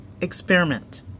Experiment